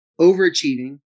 overachieving